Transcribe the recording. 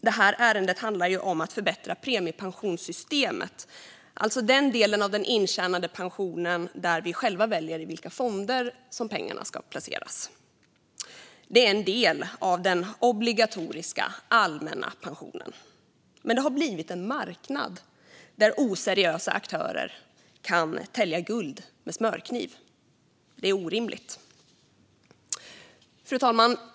Det här ärendet handlar om att förbättra premiepensionssystemet, alltså den del av den intjänade pensionen där vi själva väljer i vilka fonder pengarna ska placeras. Det är en del av den obligatoriska allmänna pensionen, men det har blivit en marknad där oseriösa aktörer kan tälja guld med smörkniv. Det är orimligt. Fru talman!